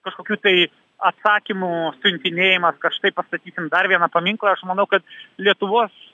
kažkokių tai atsakymų siuntinėjimas kad štai pastatysim dar vieną paminklą aš manau kad lietuvos